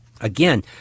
again